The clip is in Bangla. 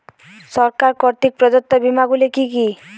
সরকার কর্তৃক প্রদত্ত বিমা গুলি কি কি?